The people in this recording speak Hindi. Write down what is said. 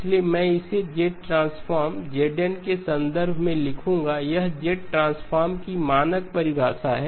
इसलिए मैं इसे Z ट्रांसफॉर्म xEn ∞ ∞xEnZ nके संदर्भ में लिखूंगा यह Z ट्रांसफॉर्म की मानक परिभाषा है